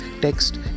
text